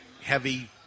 heavy